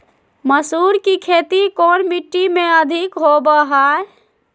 मसूर की खेती कौन मिट्टी में अधीक होबो हाय?